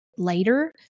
later